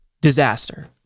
disaster